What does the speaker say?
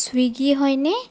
Swiggy হয়নে